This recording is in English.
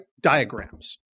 diagrams